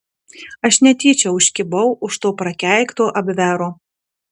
aš netyčia užkibau už to prakeikto abvero